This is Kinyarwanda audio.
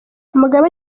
mugabe